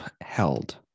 held